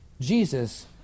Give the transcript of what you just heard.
Jesus